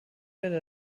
werde